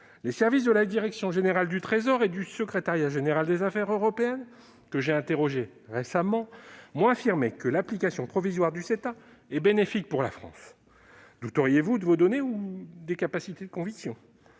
Les services de la direction générale du Trésor et du Secrétariat général des affaires européennes, que j'ai interrogés récemment, m'ont affirmé que l'application provisoire du CETA est bénéfique pour la France. Douteriez-vous de vos données ou de votre capacité de conviction ?